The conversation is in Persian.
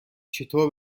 چطور